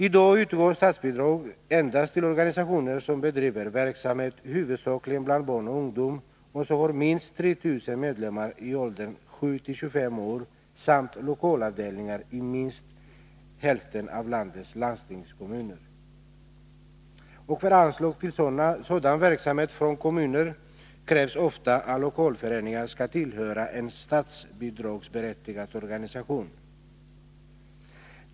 I dag utgår statsbidrag endast till organisationer som bedriver verksamhet huvudsakligen bland barn och ungdom och som har minst 3 000 medlemmar i åldern 7-25 år samt lokalavdelningar i minst hälften av landets landstingskommuner. Och för anslag till sådan verksamhet från kommuner krävs ofta att lokalföreningarna skall tillhöra en statsbidragsberättigad organisation.